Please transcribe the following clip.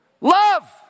love